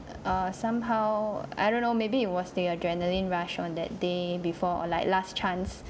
err somehow I don't know maybe it was the adrenalin rush on that day before like last chance